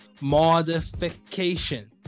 modification